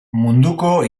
munduko